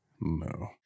no